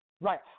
right